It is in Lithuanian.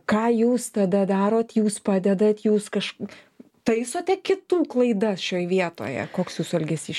ką jūs tada darot jūs padedat jūs kaž taisote kitų klaidas šioje vietoje koks jūsų elgesys